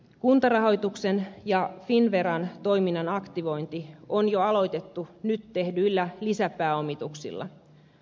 kuntarahoituksen ja finnveran toiminnan aktivointi on jo aloitettu nyt tehdyillä lisäpääomituksilla